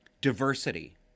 Diversity